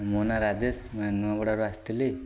ମୋ ନାଁ ରାଜେଶ ନୂଆପଡ଼ାରୁ ଆସିଥିଲି